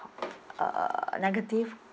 uh negative